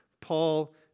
Paul